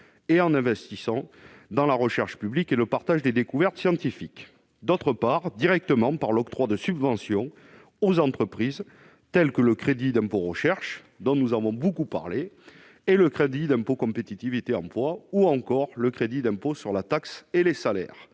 et en investissant dans la recherche publique et le partage des découvertes scientifiques ; et directement, par l'octroi de subventions aux entreprises, telles que le crédit d'impôt recherche-dont nous avons beaucoup parlé-, le crédit d'impôt pour la compétitivité et l'emploi (CICE) ou encore le crédit d'impôt sur la taxe sur les salaires